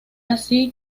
así